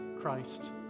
Christ